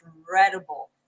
incredible